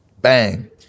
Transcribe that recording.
bang